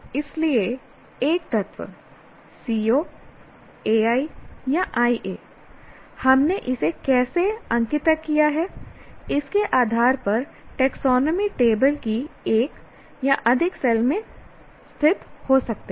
इसलिए एक तत्व CO AI या IA हमने इसे कैसे अंकितक किया है इसके आधार पर टेक्सोनोमी टेबल की एक या अधिक सेल में स्थित हो सकते हैं